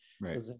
right